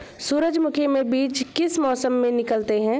सूरजमुखी में बीज किस मौसम में निकलते हैं?